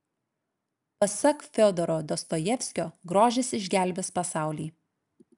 pasak fiodoro dostojevskio grožis išgelbės pasaulį